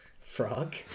Frog